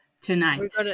tonight